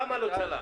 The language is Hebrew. למה לא צלח?